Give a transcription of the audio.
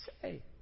say